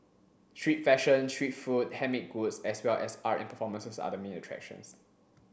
street fashion street food handmade goods as well as art and performances are the main attractions